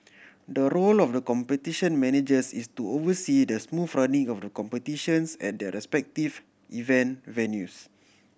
the role of the Competition Managers is to oversee the smooth running of the competitions at their respective event venues